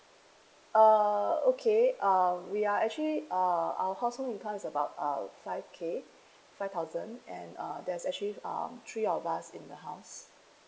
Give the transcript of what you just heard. oh okay um we are actually uh our household income is about uh five K five thousand and uh there's actually um three of us in the house